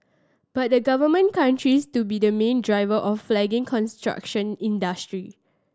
but the Government countries to be the main driver of the flagging construction industry